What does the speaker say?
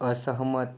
असहमत